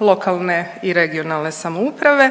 lokalne i regionalne samouprave